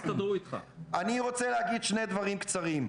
אני רוצה להגיד שני דברים קצרים: